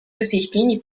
разъяснений